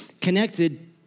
connected